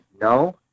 no